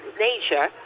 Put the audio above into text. nature